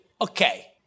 Okay